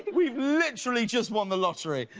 we've literally just won the lottery.